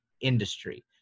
industry